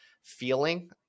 feeling